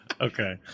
Okay